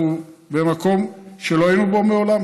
אנחנו במקום שלא היינו בו מעולם,